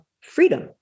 freedom